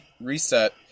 reset